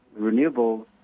renewables